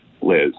Liz